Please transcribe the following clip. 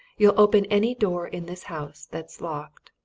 you'll open any door in this house that's locked.